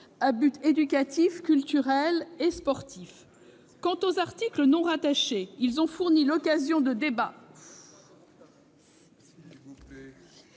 à but éducatif, culturel et sportif. Quant aux articles non rattachés, ils ont fourni l'occasion de débats